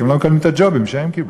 כי הם לא מקבלים את הג'ובים שהם קיבלו,